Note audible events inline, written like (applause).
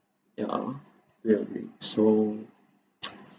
yeah really so (noise) (breath)